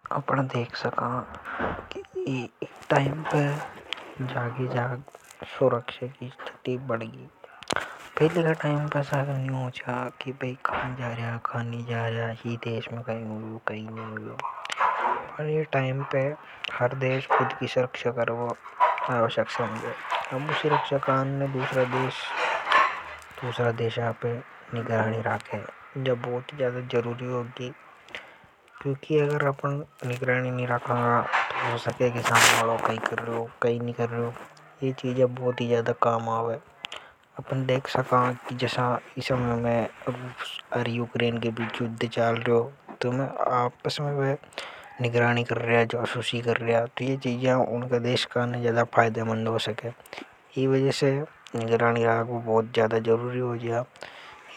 जसा की अपन देख सका की एक टाइम पर जागे जाग़ सुरक्षित स्थिति बनेगी। पहले का टाइम पर ऐसा न्यू होचा की की कहां जरिया कहानी जरिया केनी देश मेंकियो रियो कहीं नहीं हो रियो। जब बहुत ही ज्यादा जरूरी होगी क्योंकि अपन निगरानी नि रखना तो हो सके की सामने हालों कई कर रियो कई नि कर रियो ये चीजा बहुत ही ज्यादा काम आवे। इन समय अपन देख सका कि रूस और यूक्रेन के बीच युद्ध चाल रियो तो आपस में वह निगरानी कर रिया तो आसा ये चीजा उन देश काने फायदे मंद हो सके। इन वजह से निगरानी रखा भो बहुत ज्यादा जरूरी हो जा।